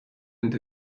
and